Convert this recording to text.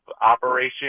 operation